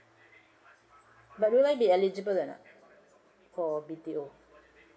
but will I be eligible or not for B_T_O